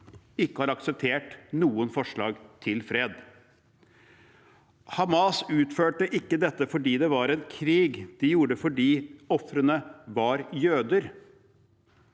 ikke har akseptert noen forslag til fred. Hamas utførte ikke dette fordi det var en krig; de gjorde det fordi ofrene var jøder.